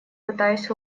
пытаясь